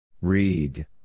Read